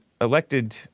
elected